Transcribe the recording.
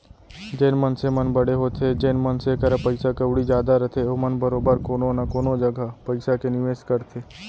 जेन मनसे मन बड़े होथे जेन मनसे करा पइसा कउड़ी जादा रथे ओमन बरोबर कोनो न कोनो जघा पइसा के निवेस करथे